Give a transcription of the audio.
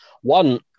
One